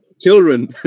Children